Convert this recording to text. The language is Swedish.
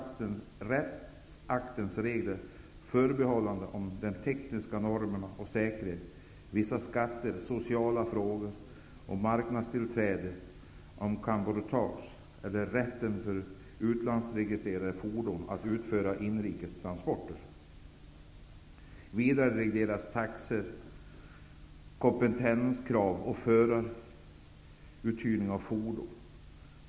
I rättsakterna regleras förhållanden som tekniska normer och säkerhet, vissa skatter, sociala frågor, marknadstillträde och cabotage . Vidare regleras taxor, kompetenskrav och förhyrning av fordon.